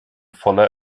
voller